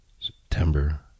September